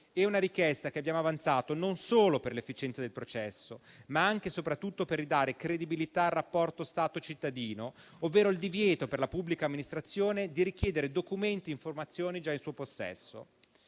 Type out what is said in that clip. di una richiesta che abbiamo avanzato non solo per l'efficienza del processo ma anche e soprattutto per ridare credibilità al rapporto Stato-cittadino, ovvero il divieto per la pubblica amministrazione di richiedere documenti e informazioni già in suo possesso.